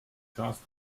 task